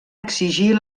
exigir